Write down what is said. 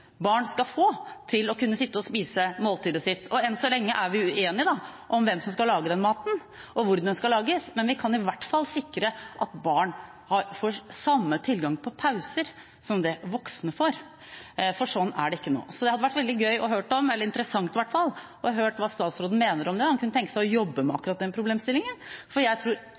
barn skal få til å sitte og spise måltidet sitt. Enn så lenge er vi uenige om hvem som skal lage denne maten, og hvor den skal lages, men vi kan i hvert fall sikre at barn får samme tilgang på pauser som det voksne får, for sånn er det ikke nå. Det hadde vært veldig interessant å høre hva statsråden mener om dette, om han kunne tenke seg å jobbe med